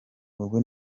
ubu